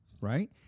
Right